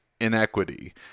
inequity